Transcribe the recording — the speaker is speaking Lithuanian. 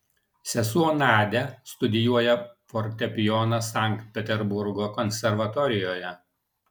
sesuo nadia studijuoja fortepijoną sankt peterburgo konservatorijoje